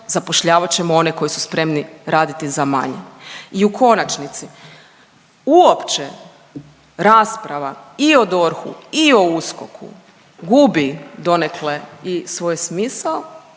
zapošljavat ćemo one koji su spremni raditi za manje. I u konačnici, uopće rasprava i o DORH-u i o USKOK-u gubi donekle i svoj smisao